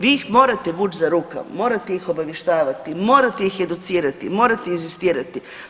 Vi ih morate vući za ruke, morate ih obavještavati, morate ih educirati, morate inzistirati.